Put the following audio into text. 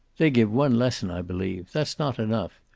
they give one lesson, i believe. that's not enough.